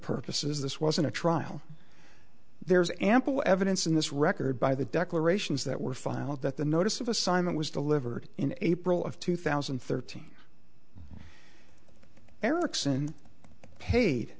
purposes this wasn't a trial there's ample evidence in this record by the declarations that were filed that the notice of assignment was delivered in april of two thousand and thirteen eriksson paid